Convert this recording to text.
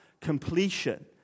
completion